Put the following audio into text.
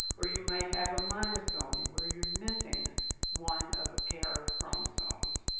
or, you might have a monosomy, where you're missing one of a pair of chromosomes.